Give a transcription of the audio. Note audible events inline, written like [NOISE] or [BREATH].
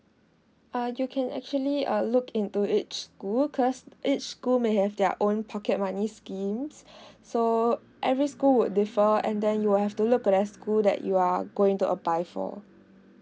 uh you can actually uh look into each school cause each school may have their own pocket money schemes [BREATH] so every school would differ and then you will have to look at that school that you are going to apply for